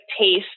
taste